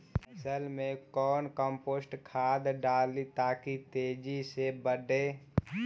फसल मे कौन कम्पोस्ट खाद डाली ताकि तेजी से बदे?